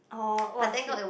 orh !wah! shit